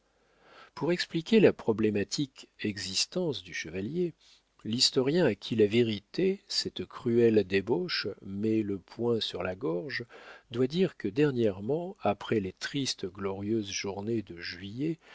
pour expliquer la problématique existence du chevalier l'historien à qui la vérité cette cruelle débauchée met le poing sur la gorge doit dire que dernièrement après les tristes glorieuses journées de juillet